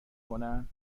کنن